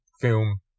film